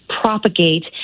propagate